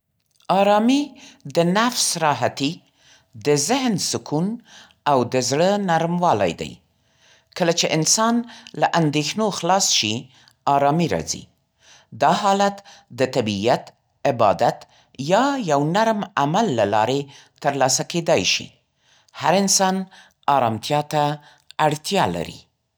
آرامي د نفس راحتي، د ذهن سکون، او د زړه نرموالی دی. کله چې انسان له اندېښنو خلاص شي، آرامي راځي. دا حالت د طبیعت، عبادت یا یو نرم عمل له لارې ترلاسه کېدای شي. هر انسان آرامتیا ته اړتیا لري.